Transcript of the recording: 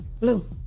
Blue